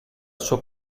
sua